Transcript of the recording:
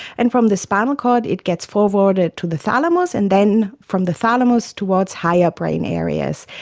and from the spinal cord it gets forwarded to the thalamus, and then from the thalamus towards higher brain areas.